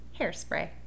Hairspray